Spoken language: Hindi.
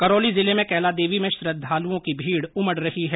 करौली जिले में कैला देवी में श्रद्धालुओं की भीड उमड रही है